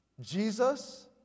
Jesus